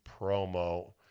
promo